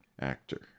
actor